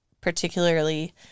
particularly